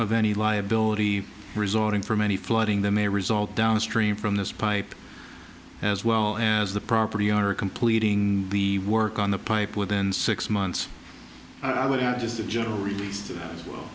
of any liability resulting from any flooding that may result downstream from this pipe as well as the property owner completing the work on the pipe within six months i would have just a general release